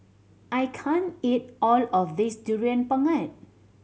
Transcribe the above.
I can't eat all of this Durian Pengat